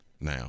Now